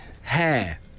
Hair